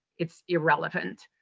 it's irrelevant.